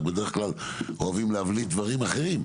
בדרך כלל אוהבים להבליט דברים אחרים,